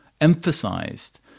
emphasized